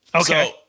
Okay